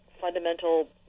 fundamental